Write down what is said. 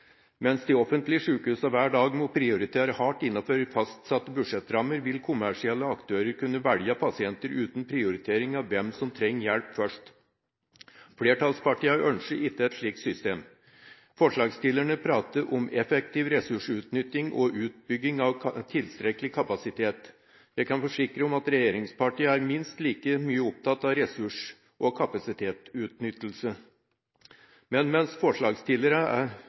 Mens de offentlige sjukehusene hver dag må prioritere hardt innenfor fastsatte budsjettrammer, vil kommersielle aktører kunne velge pasienter uten prioritering av hvem som trenger hjelp først. Flertallspartiene ønsker ikke et slikt system. Forslagsstillerne prater om effektiv ressursutnyttelse og utbygging av tilstrekkelig kapasitet. Jeg kan forsikre om at regjeringspartiene er minst like opptatt av ressurs- og kapasitetsutnyttelse. Mens